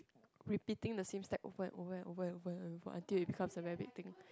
repeating the same step over and over and over and over until it become a very big thing